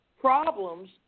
problems